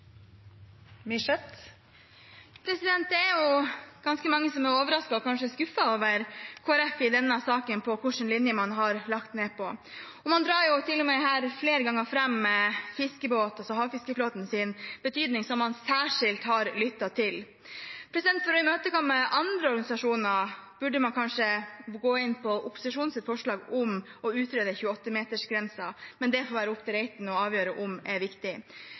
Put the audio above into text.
og kanskje skuffet, over Kristelig Folkeparti og hvilken linje de har lagt seg på i denne saken. Her drar man til og med flere ganger fram havfiskeflåtens betydning, som man særskilt har lyttet til. For å imøtekomme andre organisasjoner burde man kanskje gå inn på opposisjonens forslag om å utrede 28-metersgrensen, men det får det være opp til representanten Reiten å avgjøre om er viktig.